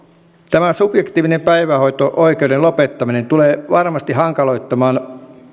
tämä subjektiivisen päivähoito oikeuden lopettaminen tulee varmasti hankaloittamaan